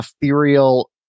ethereal